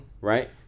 Right